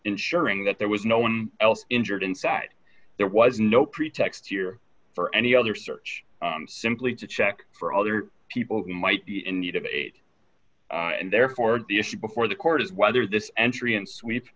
ensuring that there was no one else injured inside there was no pretext year for any other search simply to check for other people who might be in need of aid and therefore the issue before the court is whether this entry and swee